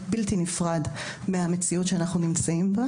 היא חלק בלתי נפרד מהמציאות שבה אנו נמצאים,